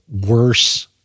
Worse